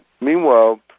meanwhile